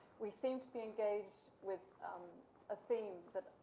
we seem to be engaged with a theme that,